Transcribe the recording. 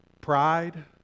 pride